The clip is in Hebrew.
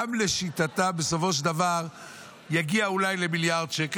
גם לשיטתם בסופו של דבר יגיע אולי למיליארד שקל.